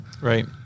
right